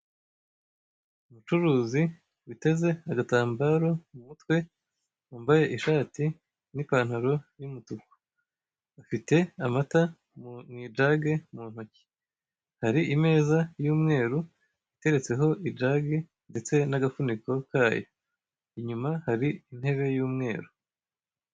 Umucuruzi witeze agatambaro mu mutwe, wambaye ishati n'ipanataro y'umutuku, afite amata mu ijage mu ntoki, hari imeza y'umweru iteretseho ijage ndetse n'agafuniko kayo, inyuma hari intebe y'umweru.